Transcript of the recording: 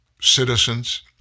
citizens